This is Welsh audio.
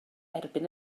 erbyn